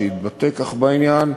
שהתבטא כך בעניין,